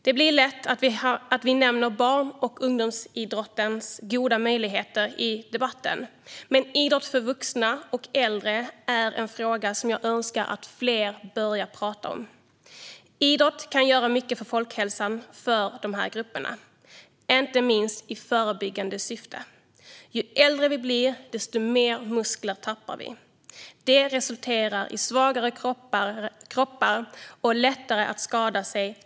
Det blir lätt så att vi i debatten bara nämner barn och ungdomsidrottens goda möjligheter, men idrott för vuxna och äldre är en fråga som jag önskar att fler började tala om. Idrott kan göra mycket för folkhälsan inom dessa grupper, inte minst i förebyggande syfte. Ju äldre vi blir, desto mer muskler tappar vi. Detta resulterar i svagare kroppar som lättare skadar sig.